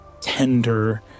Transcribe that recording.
tender